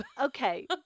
Okay